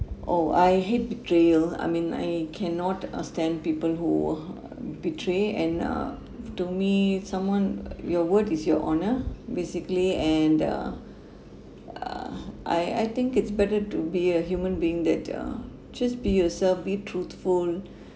oh I hate betrayal I mean I cannot uh stand people who uh betray and uh to me someone your word is your honour basically and uh uh I I think it's better to be a human being that uh just be yourself be truthful